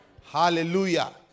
Hallelujah